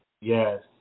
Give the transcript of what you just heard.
Yes